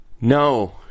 No